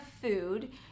food